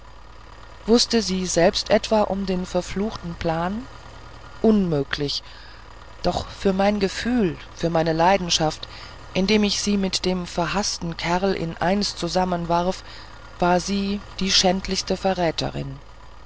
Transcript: wußte sie etwa selbst um den verfluchten plan unmöglich doch für mein gefühl für meine leidenschaft indem ich sie mit dem verhaften kerl in eins zusammenwarf war sie die schändlichste verräterin